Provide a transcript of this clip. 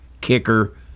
kicker